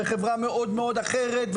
וחברה מאד מאד אחרת,